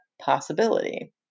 possibility